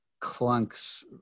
clunks